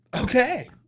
Okay